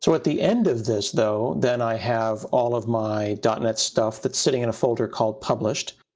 so at the end of this though, then i have all of my dot net stuff that's sitting in a folder called published,